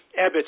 Ebbets